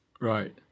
Right